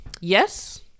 yes